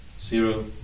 Zero